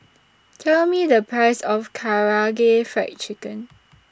Tell Me The Price of Karaage Fried Chicken